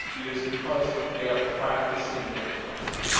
it is because they are practicing their craft.